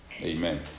Amen